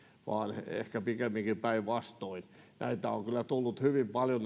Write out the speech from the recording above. vaan ehkä pikemminkin päinvastoin näitä kansalaisaloitteita on kyllä tullut hyvin paljon